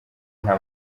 nta